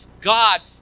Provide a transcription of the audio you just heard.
God